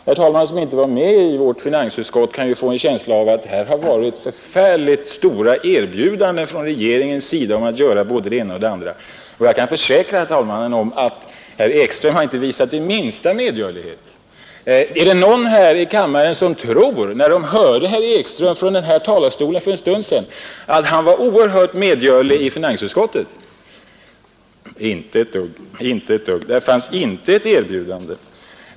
Herr talmannen, som inte var med i vårt finansutskott, kan ju få en känsla av att här har förekommit förfärligt stora erbjudanden från regeringen om att göra både det ena och det andra. Jag kan försäkra herr talmannen att herr Ekström inte har visat minsta medgörlighet. Är det någon här i kammaren som tror när de hörde herr Ekström från denna talarstol för en stund sedan att han var oerhört medgörlig i finansutskottet? Där fanns inte ett erbjudande, inte ett dugg.